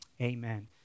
Amen